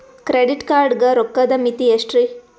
Credit card ಗ ರೋಕ್ಕದ್ ಮಿತಿ ಎಷ್ಟ್ರಿ?